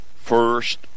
first